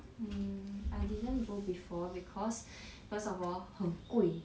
mm I didn't go before because first of all 很贵